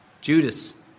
Judas